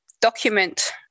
document